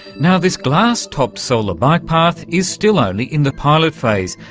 now, this glass-topped solar bike path is still only in the pilot phase,